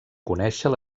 conèixer